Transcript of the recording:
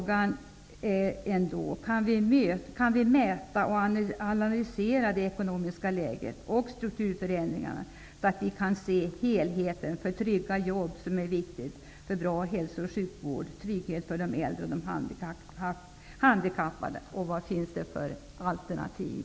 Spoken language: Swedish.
Går det att mäta och analysera det ekonomiska läget och strukturförändringarna så att det går att se helheten? Det är viktigt att trygga jobben, få en bra hälso och sjukvård och skapa trygghet för de äldre och handikappade. Vad finns det för alternativ?